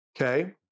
okay